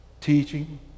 teaching